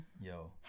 Yo